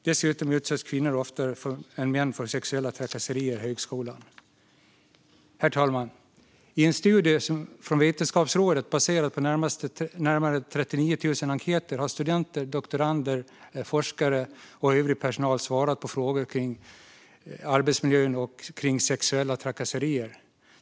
Dessutom utsätts kvinnor oftare än män för sexuella trakasserier i högskolan. Herr talman! I en studie från Vetenskapsrådet baserad på närmare 39 000 enkäter har studenter, doktorander, forskare och övrig personal svarat på frågor om arbetsmiljön och sexuella trakasserier.